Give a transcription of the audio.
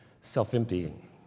self-emptying